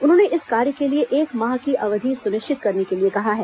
उन्होंने इस कार्य के लिए एक माह की अवधि सुनिश्चित करने के लिए कहा है